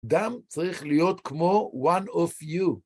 דם צריך להיות כמו one of you.